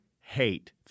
hate